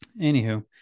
anywho